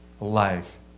life